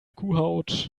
kuhhaut